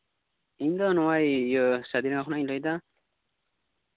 ᱤᱧ ᱫᱚ ᱱᱚᱜᱼᱚᱭ ᱥᱟᱫᱤᱰᱟᱝᱜᱟ ᱠᱷᱚᱡ ᱤᱧ ᱞᱟᱹᱭᱮᱫᱟ